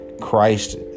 Christ